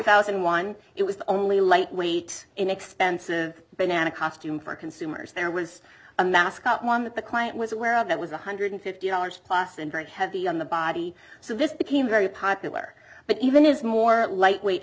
thousand and one it was the only lightweight inexpensive banana costume for consumers there was a mascot one that the client was aware of that was one hundred fifty dollars plus and very heavy on the body so this became very popular but even is more lightweight